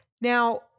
Now